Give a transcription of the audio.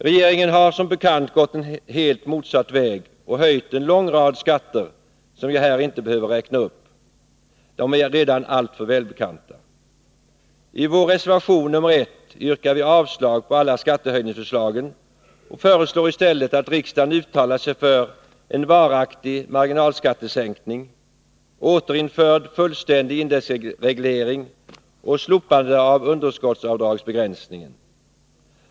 Regeringen har som bekant gått en helt motsatt väg och höjt en lång rad skatter som jag här inte behöver räkna upp — de är redan alltför välbekanta. I vår reservation nr 1 yrkar vi avslag på alla skattehöjningsförslagen och föreslår i stället att riksdagen uttalar sig för en varaktig marginalskattesänkning, återinförd fullständig indexreglering och slopande av underskottsavdragsbegränsningen.